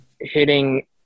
hitting